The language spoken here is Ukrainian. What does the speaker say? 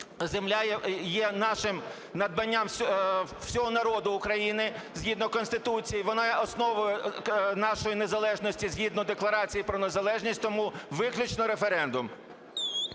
земля є нашим надбанням, всього народу України згідно Конституції, вона є основою нашої незалежності згідно Декларації про незалежність. Тому виключно референдум.